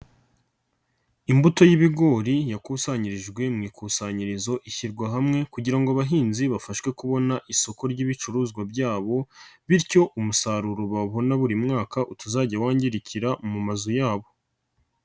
Imbuto y'ibigori yakusanyirijwe mu ikusanyirizo ishyirwa hamwe kugira ngo abahinzi bafashwe kubona isoko ry'ibicuruzwa byabo, bityo umusaruro babona buri mwaka utazajya wangirikira mu mazu yabo.